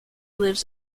lives